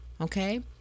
Okay